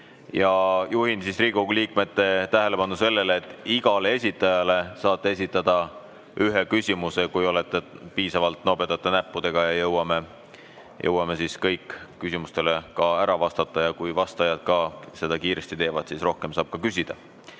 Juhin Riigikogu liikmete tähelepanu sellele, et igale esinejale saate esitada ühe küsimuse, kui olete piisavalt nobedate näppudega. Ehk jõuame kõigile küsimustele ära vastata. Kui vastajad seda kiiresti teevad, siis saab ka rohkem küsida.